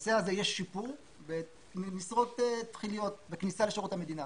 בנושא הזה יש שיפור במשרות תחיליות בכניסה לשירות המדינה.